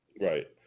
Right